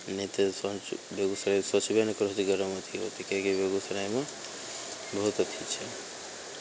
नहि तऽ बेगूसराय सोचबे नहि करहो जे बड्ड गरम अथी होतय किएकि बेगूसरायमे बहुत अथी छै